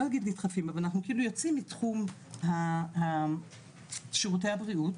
לא אגיד נדחפים אבל אנחנו כאילו יוצאים מתחום שירותי הבריאות